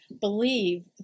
believe